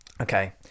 okay